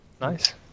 Nice